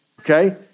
okay